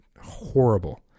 horrible